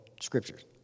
scriptures